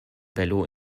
bello